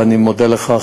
ואני מודה לך,